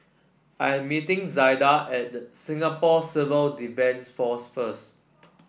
I am meeting Zaida at Singapore Civil Defence Force first